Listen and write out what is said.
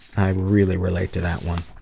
i really relate to that one.